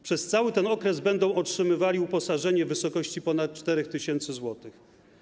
Przez cały ten okres będą otrzymywali uposażenie w wysokości ponad 4 tys. zł.